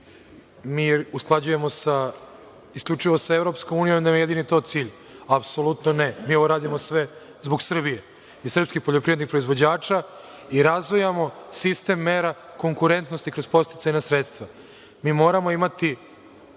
mi usklađujemo isključivo sa EU i da nam je jedini to cilj. Apsolutno ne. Mi ovo radimo sve zbog Srbije i srpskih poljoprivrednih proizvođača i razvijamo sistem mera konkurentnosti kroz podsticajna sredstva. Mi moramo imati